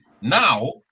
Now